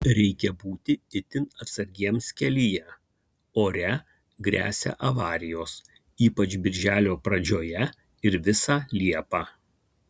reikia būti itin atsargiems kelyje ore gresia avarijos ypač birželio pradžioje ir visą liepą